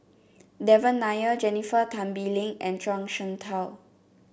Devan Nair Jennifer Tan Bee Leng and Zhuang Shengtao